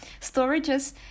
storages